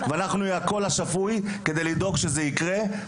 ונהיה הקול השפוי כדי לדאוג שזה יקרה.